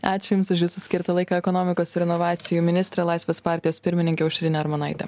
ačiū jums už jūsų skirtą laiką ekonomikos ir inovacijų ministrė laisvės partijos pirmininkė aušrinė armonaitė